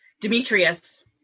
demetrius